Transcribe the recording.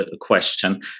question